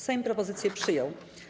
Sejm propozycję przyjął.